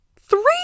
three